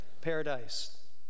Paradise